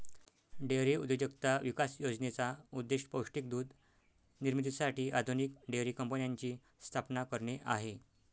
dairy उद्योजकता विकास योजनेचा उद्देश पौष्टिक दूध निर्मितीसाठी आधुनिक डेअरी कंपन्यांची स्थापना करणे आहे